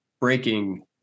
breaking